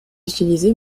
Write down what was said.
utilise